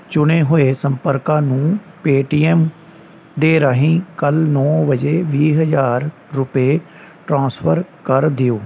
ਚੁਣੇ ਹੋਏ ਸੰਪਰਕਾਂ ਨੂੰ ਪੇਟੀਐੱਮ ਦੇ ਰਾਹੀਂ ਕੱਲ੍ਹ ਨੌ ਵਜੇ ਵੀਹ ਹਜ਼ਾਰ ਰੁਪਏ ਟ੍ਰਾਂਸਫਰ ਕਰ ਦਿਓ